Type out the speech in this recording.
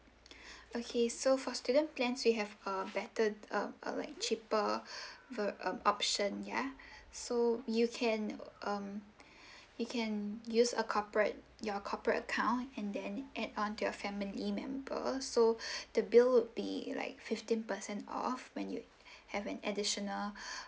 okay so for student plans we have a better uh uh like cheaper ver~ um option ya so you can um you can use a corporate your corporate account and then add on too your family member so the bill would be like fifteen percent off when you have an additional